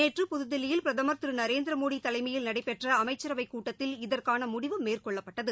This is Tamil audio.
நேற்று புதுதில்லியில் பிரதமர் திரு நரேந்திர மோடி தலைமயில் நடைபெற்ற அமைச்சரவைக் கூட்டத்தில் இதற்கான முடிவு மேற்கொள்ளப்பட்டது